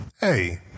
hey